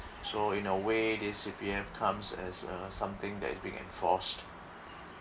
so in a way this C_P_F comes as a something that is being enforced